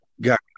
Got